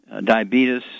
diabetes